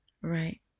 right